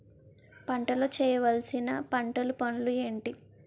పంటలో చేయవలసిన పంటలు పనులు ఏంటి?